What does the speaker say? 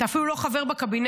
אתה אפילו לא חבר בקבינט,